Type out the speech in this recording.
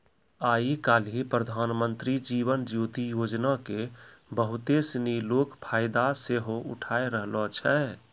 आइ काल्हि प्रधानमन्त्री जीवन ज्योति योजना के बहुते सिनी लोक फायदा सेहो उठाय रहलो छै